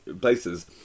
places